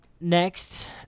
Next